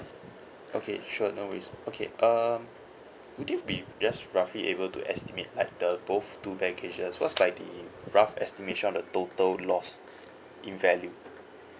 okay sure no worries okay um would you be just roughly able to estimate like the both two baggages what's like the rough estimation on the total loss in value